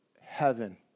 heaven